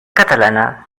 catalana